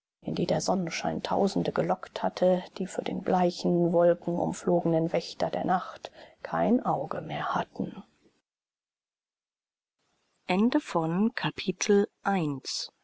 in die der sonnenschein tausende gelockt hatte die für den bleichen wolkenumflogenen wächter der nacht kein auge mehr hatten